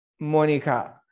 monica